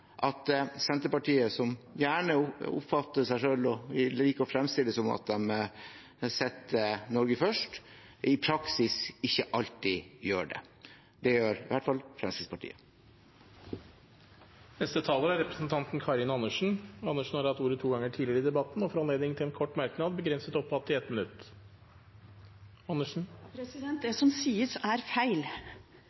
seg som – et parti som setter Norge først, i praksis ikke alltid gjør det. Det gjør i hvert fall Fremskrittspartiet. Representanten Karin Andersen har hatt ordet to ganger tidligere og får ordet til en kort merknad, begrenset til 1 minutt. Det som sies, er feil. Det